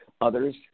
Others